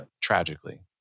tragically